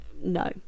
no